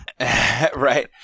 right